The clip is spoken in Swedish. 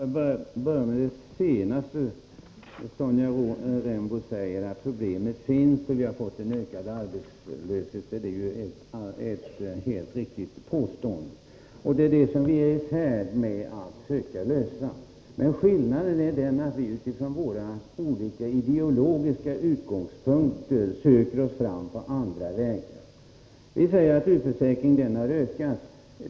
Herr talman! Jag skall börja med det sista i Sonja Rembos replik. Hon säger att vi har fått problem med ökad arbetslöshet. Det är ett helt riktigt påstående. Det är just dessa problem som regeringen är i färd med att söka lösa. Skillnaden är att vi från våra olika ideologiska utgångspunkter söker oss fram på andra vägar. Utförsäkringarna har ökat.